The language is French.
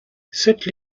cette